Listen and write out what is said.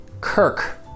Kirk